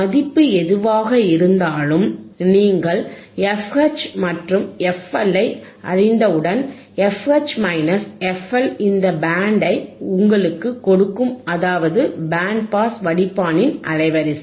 மதிப்பு எதுவாக இருந்தாலும் நீங்கள் fH மற்றும் fL ஐ அறிந்தவுடன் fH fL இந்த பேண்டை உங்களுக்குக் கொடுக்கும் அதாவது பேண்ட் பாஸ் வடிப்பானின் அலைவரிசை